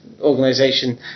organization